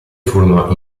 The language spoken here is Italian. furono